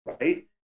right